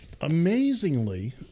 amazingly